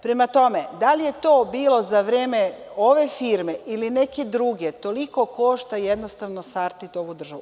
Prema tome, da li je to bilo za vreme ove firme ili neke druge, toliko košta jednostavno „Sartid“ ovu državu.